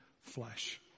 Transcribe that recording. flesh